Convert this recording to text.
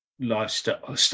lifestyle